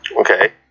Okay